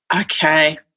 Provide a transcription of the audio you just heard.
Okay